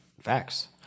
Facts